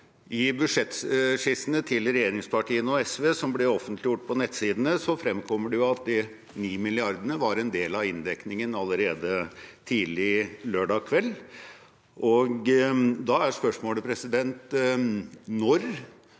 I budsjettskissene til regjeringspartiene og SV som ble offentliggjort på nettsidene, fremkommer det at de 9 mrd. kr var en del av inndekningen allerede tidlig lørdag kveld. Da er spørsmålet: Når